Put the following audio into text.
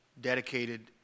dedicated